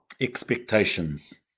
expectations